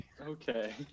Okay